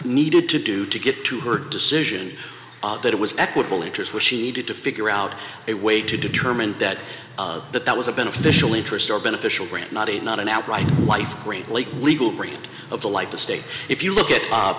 needed to do to get to her decision that it was equitable interest was she needed to figure out a way to determine that that that was a beneficial interest or beneficial rain not a not an outright life greatly legal breach of the like the state if you look at